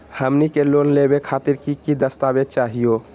हमनी के लोन लेवे खातीर की की दस्तावेज चाहीयो?